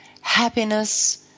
happiness